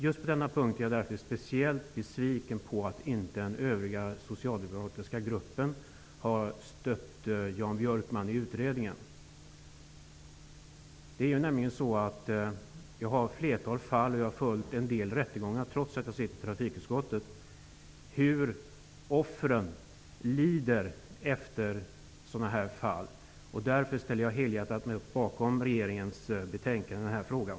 Just på denna punkt är jag därför särskilt besviken på att inte den övriga socialdemokratiska gruppen har stött Jan Björkman i utredningen. Jag har nämligen följt ett flertal fall och en del rättegångar, trots att jag sitter i trafikutskottet, och sett hur offren lider efter sådana här brott. Därför ställer jag mig helhjärtat bakom regeringens förslag i den här frågan.